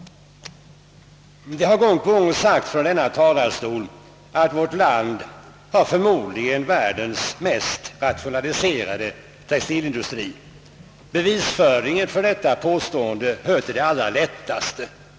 Gång på gång har framhållits från denna talarstol, att vårt land förmodligen har världens mest rationaliserade textilindustri. Bevisföringen vid detta påstående hör till det lättaste.